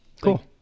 Cool